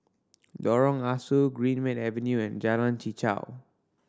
Lorong Ah Soo Greenmead Avenue and Jalan Chichau